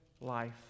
life